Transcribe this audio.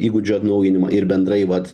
įgūdžių atnaujinimą ir bendrai vat